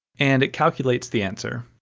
and it calculates the answer.